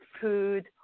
food